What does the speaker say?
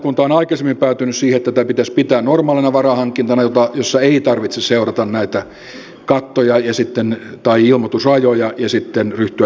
valiokunta on aikaisemmin päätynyt siihen että tätä pitäisi pitää normaalina varainhankintana jossa ei tarvitse seurata näitä ilmoitusrajoja ja sitten ryhtyä ilmoitusmenettelyyn